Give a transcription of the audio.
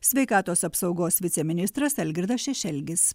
sveikatos apsaugos viceministras algirdas šešelgis